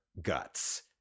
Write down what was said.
guts